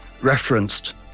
referenced